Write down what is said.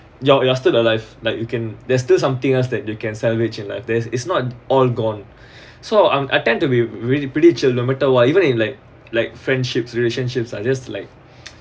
you're you're still alive like you can there's still something else that you can salvage in life there's it's not all gone so I tend to be really pretty chill no matter what even in like like friendships relationships are just like